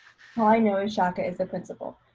all i know sciacca is the principal.